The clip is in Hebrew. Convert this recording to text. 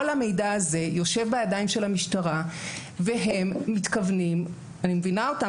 כל המידע הזה יושב בידיים של המשטרה והם מתכוונים אני מבינה אותם